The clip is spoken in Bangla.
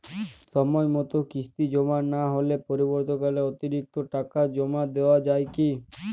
সময় মতো কিস্তি জমা না হলে পরবর্তীকালে অতিরিক্ত টাকা জমা দেওয়া য়ায় কি?